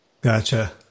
Gotcha